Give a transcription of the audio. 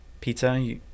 pizza